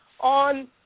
on